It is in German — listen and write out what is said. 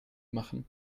machen